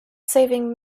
saving